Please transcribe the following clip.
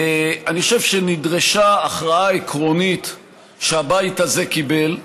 אני חושב שנדרשה הכרעה עקרונית שהבית הזה קיבל,